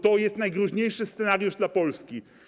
To jest najgroźniejszy scenariusz dla Polski.